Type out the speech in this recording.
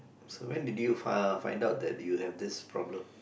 so when did you uh find out that you have this problem